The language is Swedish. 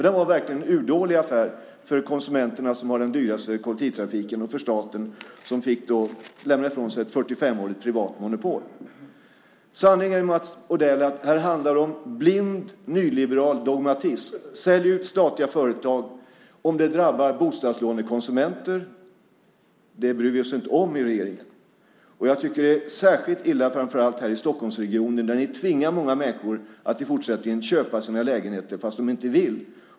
Det var verkligen en urdålig affär för konsumenterna, som har den dyraste kollektivtrafiken, och för staten, som fick lämna ifrån sig ett 45-årigt privat monopol. Sanningen, Mats Odell, är att det handlar om blind nyliberal dogmatism. Sälj ut statliga företag! Om det drabbar bostadslånekonsumenter bryr vi oss inte om i regeringen. Jag tycker att det är särskilt illa här i Stockholmsregionen, där ni i fortsättningen tvingar många människor att köpa sina lägenheter fast de inte vill.